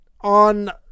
on